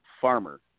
Farmer